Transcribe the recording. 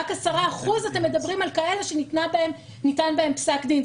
אתם מדברים רק על 10% שניתן בהם פסק דין.